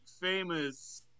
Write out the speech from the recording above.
famous